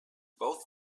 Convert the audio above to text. both